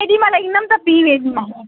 केॾी महिल ईंदमि त पी वेंदीमांव